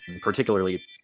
particularly